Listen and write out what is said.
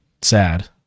sad